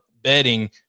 betting